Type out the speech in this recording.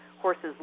horses